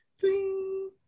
Ding